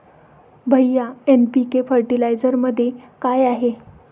भैय्या एन.पी.के फर्टिलायझरमध्ये काय आहे?